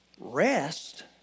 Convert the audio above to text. Rest